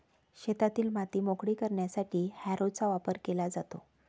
शेतातील माती मोकळी करण्यासाठी हॅरोचा वापर केला जातो